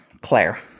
Claire